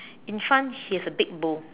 in front he has a big bowl